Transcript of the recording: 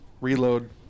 Reload